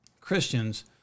Christians